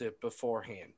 beforehand